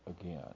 again